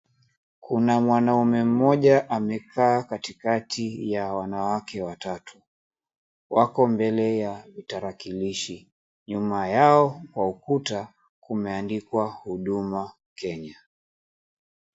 Kuna mwanaume mmoja amekaa katikati ya wanawake watatu. Wako mbele ya vitarakilishi. Nyuma yao kwa ukuta, kumeandikwa huduma kenya.